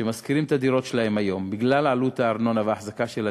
שמשכירים את הדירות שלהם היום בגלל עלות הארנונה והאחזקה של הדירות,